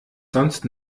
sonst